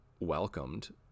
welcomed